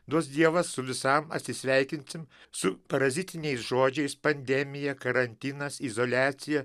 duos dievas su visam atsisveikinsim su parazitiniais žodžiais pandemija karantinas izoliacija